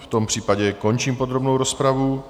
V tom případě končím podrobnou rozpravu.